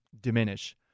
diminish